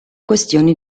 questioni